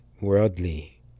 worldly